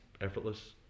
effortless